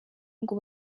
ngo